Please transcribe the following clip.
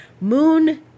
moon